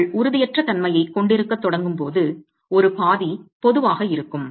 நீங்கள் உறுதியற்ற தன்மையைக் கொண்டிருக்கத் தொடங்கும் போது ஒரு பாதி பொதுவாக இருக்கும்